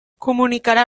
comunicarà